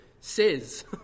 says